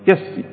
Yes